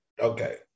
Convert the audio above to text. Okay